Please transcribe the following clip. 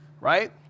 right